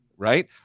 right